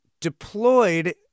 deployed